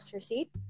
receipt